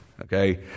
okay